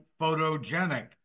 photogenic